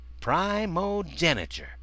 Primogeniture